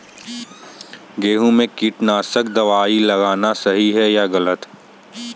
गेहूँ में कीटनाशक दबाई लगाना सही है या गलत?